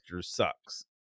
sucks